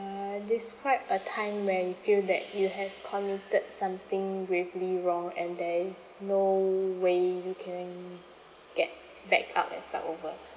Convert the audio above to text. describe a time when you feel that you have committed something gravely wrong and there is no way you can get back up and start over